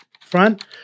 front